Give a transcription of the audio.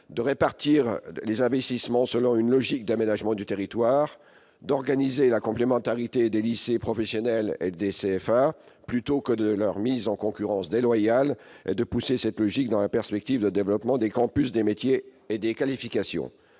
de répartir les investissements selon une logique d'aménagement du territoire, d'organiser la complémentarité des lycées professionnels et des CFA, plutôt que leur mise en concurrence déloyale, et de promouvoir cette logique dans la perspective d'un développement des campus des métiers et des qualifications.